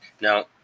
Now